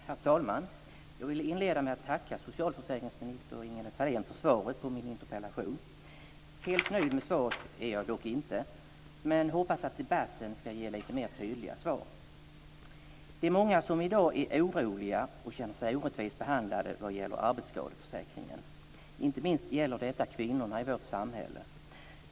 Herr talman! Jag vill inleda med att tacka socialförsäkringsminister Ingela Thalén för svaret på min interpellation. Helt nöjd med svaret är jag dock inte, men jag hoppas att debatten i dag ska ge lite mer tydliga svar. Det är många som i dag är oroliga och känner sig orättvist behandlade när det gäller arbetsskadeförsäkringen. Inte minst gäller detta kvinnorna i vårt samhälle.